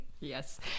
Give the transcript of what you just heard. Yes